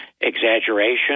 exaggeration